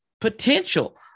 potential